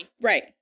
Right